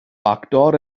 actor